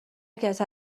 کسی